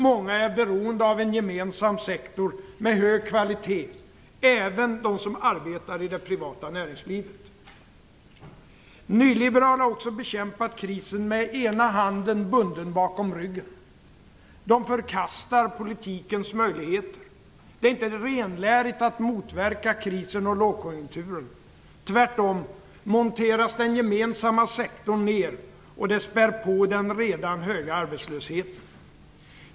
Många är beroende av en gemensam sektor med hög kvalitet, även de som arbetar i det privata näringslivet. De nyliberala har också bekämpat krisen med ena handen bunden bakom ryggen. De förkastar politikens möjligheter. Det är inte renlärigt att motverka krisen och lågkonjunkturen. Tvärtom monteras den gemensamma sektorn ner, och det spär på den redan höga arbetslösheten.